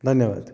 धन्यवादः